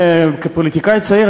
כפוליטיקאי צעיר,